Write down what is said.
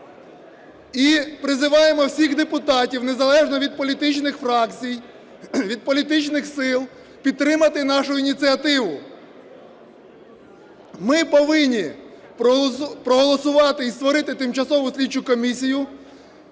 і призиваємо всіх депутатів незалежно від політичних фракцій, від політичних сил підтримати нашу ініціативу. Ми повинні проголосувати і створити тимчасову слідчу комісію.